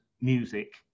music